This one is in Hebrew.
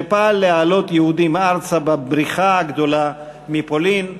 שפעל להעלות יהודים ארצה ב"בריחה" הגדולה מפולין.